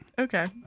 Okay